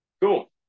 Cool